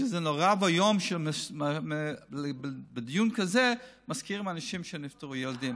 שזה נורא ואיום שבדיון כזה מזכירים ילדים שנפטרו,